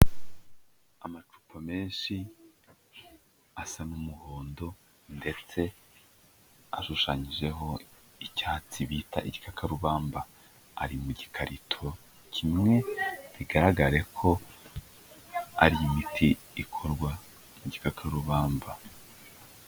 Amacupa menshi asa n'umuhondo ndetse ashushanyijeho icyatsi bita igikakarubamba, ari mu gikarito kimwe bigaragare ko ari imiti ikorwa mu gikakarubamba.